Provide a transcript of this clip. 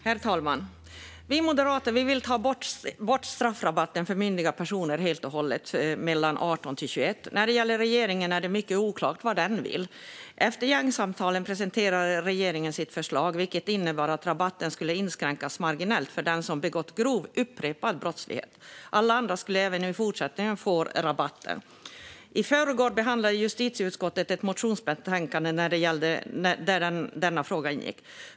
Herr talman! Vi moderater vill ta bort straffrabatten för myndiga personer mellan 18 och 21 år helt och hållet. Vad regeringen vill är mycket oklart. Efter gängsamtalen presenterade regeringen ett förslag som innebar att rabatten skulle inskränkas marginellt för den som begått grov, upprepad brottslighet. Alla andra skulle även i fortsättningen få rabatten. I förrgår behandlade justitieutskottet ett motionsbetänkande där denna fråga ingick.